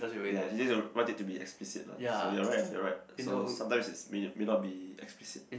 ya she say want it to be explicit lah so you're right lah you're right so sometimes is it may may not be explicit